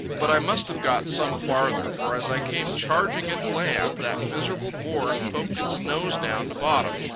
but i must have got some farther, for as i came charging in to land, that miserable board poked its nose down to bottom,